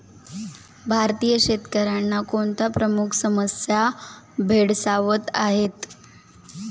भारतीय शेतकऱ्यांना कोणत्या प्रमुख समस्या भेडसावत आहेत?